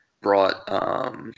brought